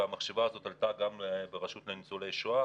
המחשבה הזאת עלתה גם ברשות לניצולי שואה,